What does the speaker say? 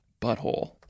butthole